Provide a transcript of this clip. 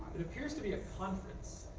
it appears to be a conference.